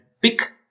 pick